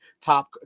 top